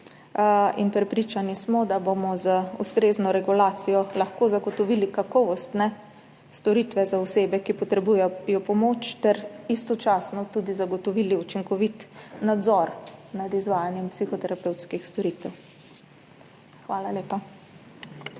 in prepričani smo, da bomo z ustrezno regulacijo lahko zagotovili kakovostne storitve za osebe, ki potrebujejo pomoč ter istočasno tudi zagotovili učinkovit nadzor nad izvajanjem psihoterapevtskih storitev. Hvala lepa.